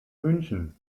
münchen